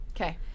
Okay